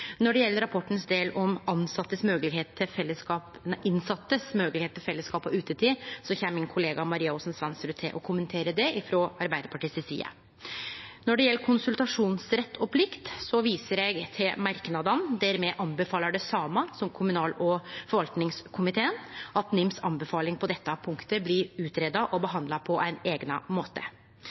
Når det gjeld den delen av rapporten som handlar om moglegheita dei innsette har til fellesskap og utetid, kjem min kollega Maria Aasen-Svensrud til å kommentere det frå Arbeidarpartiets side. Når det gjeld konsultasjonsrett og -plikt, viser eg til merknadene, der me anbefaler det same som kommunal- og forvaltingskomiteen, at NIMs anbefaling på dette punktet blir greidd ut og behandla på ein eigna måte.